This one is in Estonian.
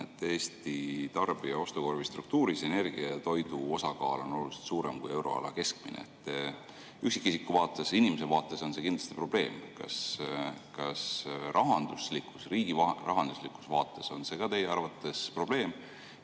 et Eesti tarbija ostukorvi struktuuris energia ja toidu osakaal on oluliselt suurem kui euroala keskmine. Üksikisiku vaates, inimese vaates on see kindlasti probleem. Kas riigi rahanduslikus vaates on see teie arvates ka probleem?